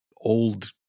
old